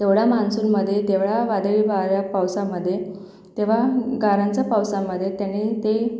एवढ्या मान्सूनमध्ये तेवढ्या वादळी वाऱ्या पावसामध्ये तेव्हा गारांचा पावसामध्ये त्यांनी ते